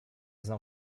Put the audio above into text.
znał